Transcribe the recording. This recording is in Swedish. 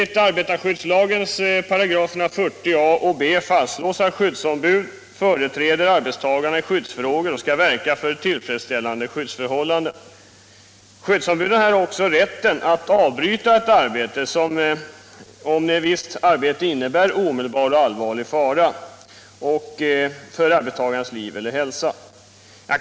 I arbetarskyddslagens § 40 a fastslås att skyddsombud ” företräder arbetstagarna i skyddsfrågor och skall verka för tillfredsställande skyddsförhållanden”. Skyddsombuden har också enligt § 40 b rätt att avbryta ett visst arbete, om det innebär omedelbar och allvarlig fara för arbetstagares liv eller hälsa.